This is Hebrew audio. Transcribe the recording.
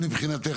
מבחינתך,